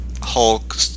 Hulk